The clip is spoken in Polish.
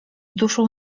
duszą